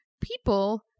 people